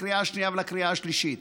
לקריאה השנייה ולקריאה השלישית.